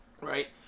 right